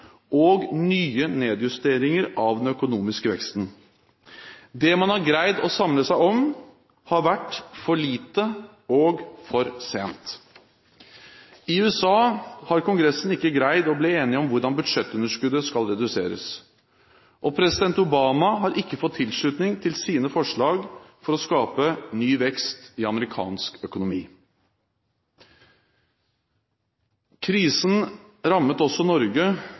og nye nedjusteringer av den økonomiske veksten. Det man har greid å samle seg om, har vært for lite og for sent. I USA har Kongressen ikke greid å bli enige om hvordan budsjettunderskuddet skal reduseres, og president Obama har ikke fått tilslutning til sine forslag for å skape ny vekst i amerikansk økonomi. Krisen rammet også Norge